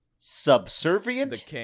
Subservient